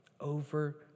over